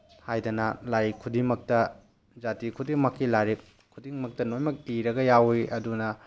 ꯍꯥꯏꯗꯅ ꯂꯥꯏꯔꯤꯛ ꯈꯨꯗꯤꯡꯃꯛꯇ ꯖꯥꯇꯤ ꯈꯨꯗꯤꯡꯃꯛꯀꯤ ꯂꯥꯏꯔꯤꯛ ꯈꯨꯗꯤꯡꯃꯛꯇ ꯂꯣꯏꯃꯛ ꯏꯔꯒ ꯌꯥꯎꯋꯤ ꯑꯗꯨꯅ